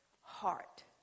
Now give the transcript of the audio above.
heart